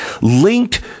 linked